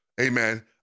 Amen